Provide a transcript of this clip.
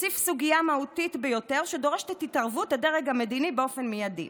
מציף סוגיה מהותית ביותר שדורשת את התערבות הדרג המדיני באופן מיידי.